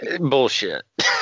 Bullshit